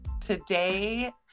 Today